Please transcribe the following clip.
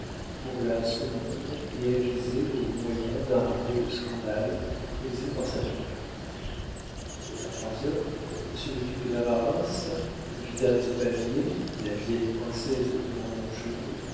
pour la semondre et aviser aux moyens d'arrêter le scandale causé par sa conduite a trois heures monsieur le duc de navarreins le vidame de pamiers la vieille princesse de